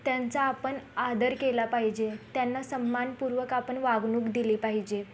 त्यांचा आपण आदर केला पाहिजे त्यांना सन्मानपूर्वक आपण वागणूक दिली पाहिजे